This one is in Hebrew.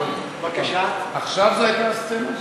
עכשיו זו הייתה הסצנה?